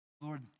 Lord